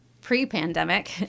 Pre-pandemic